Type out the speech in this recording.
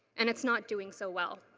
and it is not doing so well.